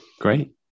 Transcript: Great